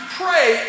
pray